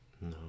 no